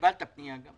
קיבלת פנייה גם?